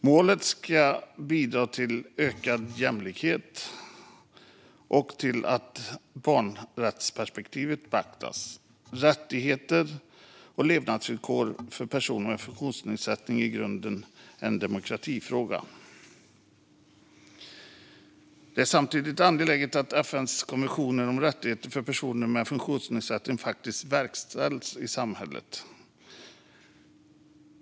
Målet ska bidra till ökad jämlikhet och till att barnrättsperspektivet beaktas. Rättigheter och levnadsvillkor för personer med funktionsnedsättning är i grunden en demokratifråga. Det är samtidigt angeläget att FN:s konvention om rättigheter för personer med funktionsnedsättning faktiskt verkställs i samhället.